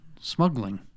smuggling